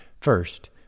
First